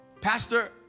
pastor